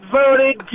voted